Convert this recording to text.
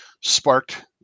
sparked